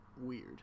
weird